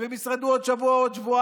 אם הם ישרדו עוד שבוע או עוד שבועיים,